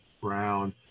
brown